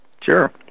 Sure